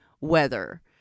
weather